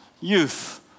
youth